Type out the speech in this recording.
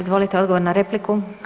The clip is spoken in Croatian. Izvolite odgovor na repliku.